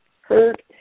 hurt